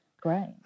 great